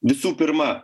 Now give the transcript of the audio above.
visų pirma